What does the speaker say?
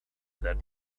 that